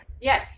Yes